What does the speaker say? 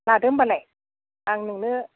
लादो होमब्लालाय आं नोंनो